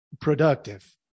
productive